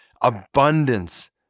abundance